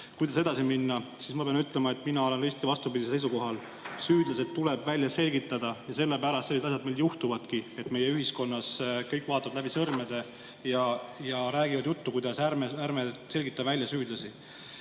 kuidas edasi minna. Ma pean ütlema, et mina olen risti vastupidisel seisukohal: süüdlased tuleb välja selgitada. Sellepärast sellised asjad meil juhtuvadki, et meie ühiskonnas kõik vaatavad läbi sõrmede ja räägivad, et ärme selgitame välja süüdlasi.